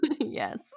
Yes